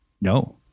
no